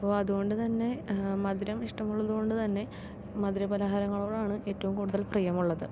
ഇപ്പോൾ അതു കൊണ്ടുതന്നെ മധുരം ഇഷ്ടമുള്ളത് കൊണ്ടുതന്നെ മധുര പാലഹാരങ്ങളോടാണ് ഏറ്റവും കൂടുതൽ പ്രിയമുള്ളത്